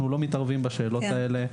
אנחנו לא מתערבים בשאלות הללו.